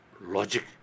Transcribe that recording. logic